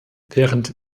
während